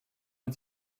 man